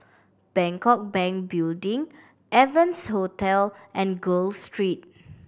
Bangkok Bank Building Evans Hostel and Gul Street